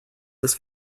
this